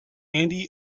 andy